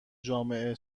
جامعه